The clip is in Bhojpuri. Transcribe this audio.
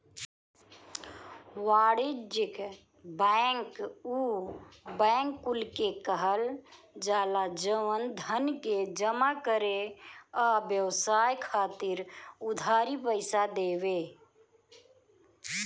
वाणिज्यिक बैंक उ बैंक कुल के कहल जाला जवन धन के जमा करे आ व्यवसाय खातिर उधारी पईसा देवे